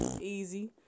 Easy